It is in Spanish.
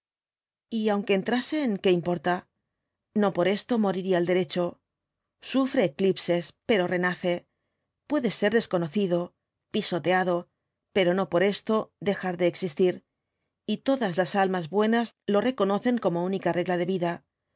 y aunque entrasen qué importa no por esto moriría el derecho sufre eclipses pero renace puede ser desconocido pisoteado pero no por esto dejar de existir y todas las almas buenas lo reconocen como única regla de vida